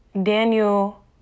Daniel